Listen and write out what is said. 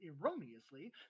erroneously